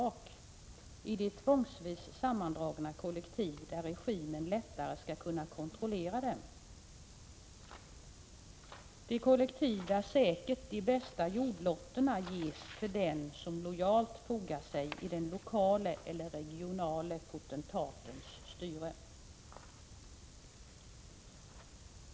Bönderna stod där i de tvångsvis sammandragna kollektiven, där regimen lättare kan kontrollera dem och där de bästa jordlotterna säkert ges till den som lojalt fogar sig under den lokale eller regionale potentatens styre.